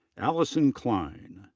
alyson cline.